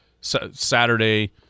Saturday